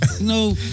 No